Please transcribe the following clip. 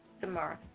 tomorrow